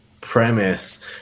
premise